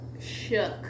Shook